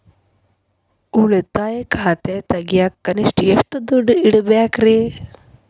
ಉಳಿತಾಯ ಖಾತೆ ತೆಗಿಯಾಕ ಕನಿಷ್ಟ ಎಷ್ಟು ದುಡ್ಡು ಇಡಬೇಕ್ರಿ?